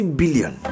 billion